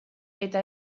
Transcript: eta